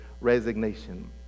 resignation